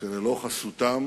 שבלא חסותם